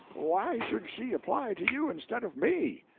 why should she apply to you instead of me?